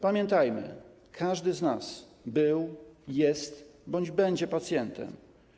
Pamiętajmy, każdy z nas był, jest bądź będzie pacjentem.